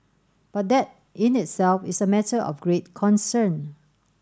but that in itself is a matter of great concern